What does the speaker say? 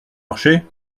marché